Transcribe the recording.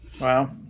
Wow